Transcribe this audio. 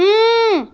اٟں